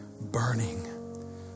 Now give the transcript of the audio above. burning